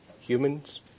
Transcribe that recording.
humans